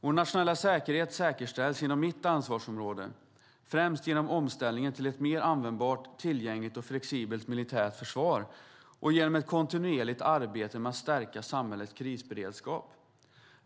Vår nationella säkerhet säkerställs, inom mitt ansvarsområde, främst genom omställningen till ett mer användbart, tillgängligt och flexibelt militärt försvar och genom ett kontinuerligt arbete med att stärka samhällets krisberedskap.